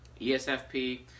ESFP